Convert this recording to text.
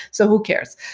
so, who cares?